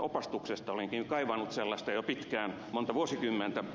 olenkin kaivannut sellaista jo pitkään monta vuosikymmentä